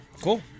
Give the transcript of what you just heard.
Cool